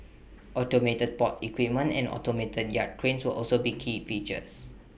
automated port equipment and automated yard cranes will also be key features